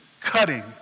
cutting